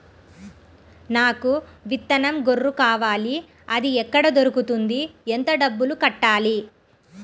నాకు విత్తనం గొర్రు కావాలి? అది ఎక్కడ దొరుకుతుంది? ఎంత డబ్బులు కట్టాలి?